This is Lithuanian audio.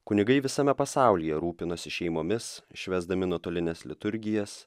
kunigai visame pasaulyje rūpinasi šeimomis švęsdami nuotolines liturgijas